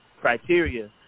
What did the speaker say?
criteria